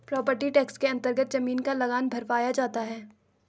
property tax के अन्तर्गत जमीन का लगान भरवाया जाता है